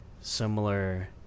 similar